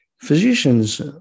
Physicians